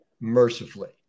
mercifully